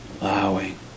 allowing